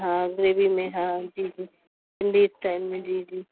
हा ग्रेवी में हा जी जी हंडी स्टाइल में जी जी